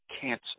cancer